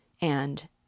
and